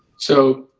so,